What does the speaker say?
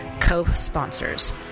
co-sponsors